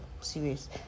serious